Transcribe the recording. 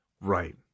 Right